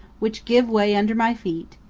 which give way under my feet,